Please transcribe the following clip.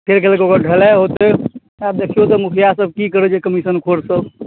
फेर कनि गो ओकर भराइ होतै आब देखियौ तऽ मुखिया सब की करै छै कमीशन खोर सब